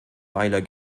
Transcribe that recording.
weiler